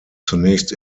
zunächst